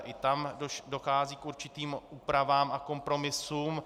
I tam dochází k určitým úpravám a kompromisům.